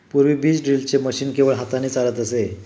पूर्वी बीज ड्रिलचे मशीन केवळ हाताने चालत असे